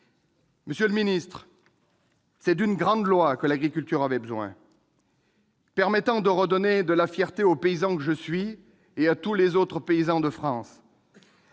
gagner la partie ? C'est d'une grande loi que l'agriculture avait besoin, une loi permettant de redonner de la fierté au paysan que je suis, et à tous les autres paysans de France,